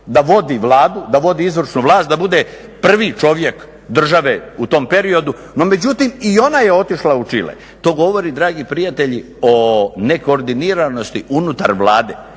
da vodi Vladu, da vodi izvršnu vlast, da bude prvi čovjek države u tom periodu, no međutim i ona je otišla u Čile, to govori dragi prijatelji o nekoordiniranosti unutar Vlade.